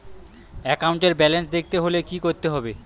একাউন্টের ব্যালান্স দেখতে হলে কি করতে হবে?